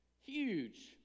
huge